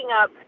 up